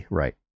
right